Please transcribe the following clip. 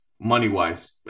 money-wise